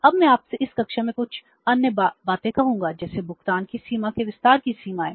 अब मैं आपसे इस कक्षा में कुछ अन्य बातें कहूंगा जैसे भुगतान की सीमा के विस्तार की सीमाएँ